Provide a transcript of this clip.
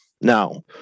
now